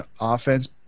offense